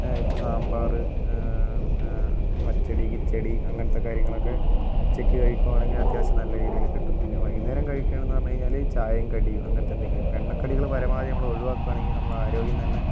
ഇപ്പം സാമ്പാറ് പച്ചടി കിച്ചടി അങ്ങനത്തെ കാര്യങ്ങളൊക്കെ ഉച്ചക്ക് കഴിക്കുവാണെങ്കിൽ അത്യാവശ്യം നല്ല രീതിയില് കിട്ടും പിന്നെ വൈകുന്നേരം കഴിക്കുന്നതെന്ന് പറഞ്ഞുകഴിഞ്ഞാല് ചായയും കടിയും അങ്ങനത്തെ എന്തെങ്കിലും ഇപ്പോൾ എണ്ണക്കടികള് പരമാവധി നമ്മള് ഒഴിവാക്കുകാണെങ്കിൽ നമ്മളുടെ ആരോഗ്യം തന്നെ